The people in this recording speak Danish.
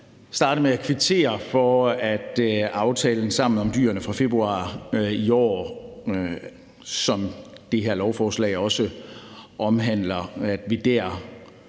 vil starte med at kvittere for, at vi med aftalen Sammen om dyrene fra februar i år, som det her lovforslag også omhandler, får